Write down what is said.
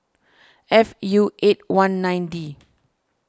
F U eight one nine D